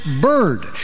bird